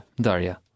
Daria